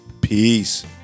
Peace